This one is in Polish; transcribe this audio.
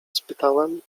spytałem